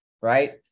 right